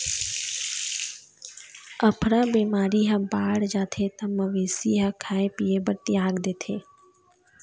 अफरा बेमारी ह बाड़ जाथे त मवेशी ह खाए पिए बर तियाग देथे